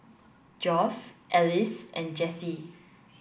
Geoff Ellis and Jessy